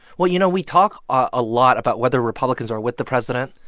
well, you know, we talk a lot about whether republicans are with the president.